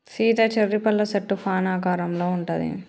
Sita cherry పళ్ళ సెట్టు fan ఆకారంలో ఉంటది